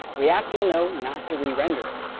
react will know not to re-render it.